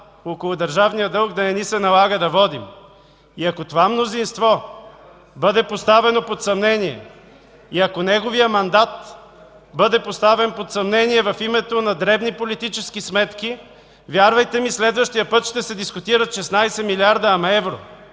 около държавния дълг. И ако това мнозинство бъде поставено под съмнение, и ако неговият мандат бъде поставен под съмнение в името на дребни политически сметки, вярвайте ми – следващият път ще се дискутират 16 милиарда, ама евро,